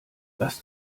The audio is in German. lass